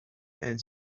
and